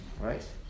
right